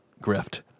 grift